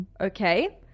Okay